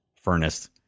furnace